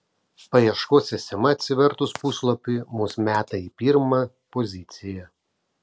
paieškos sistema atsivertus puslapiui mus meta į pirmą poziciją